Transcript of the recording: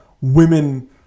women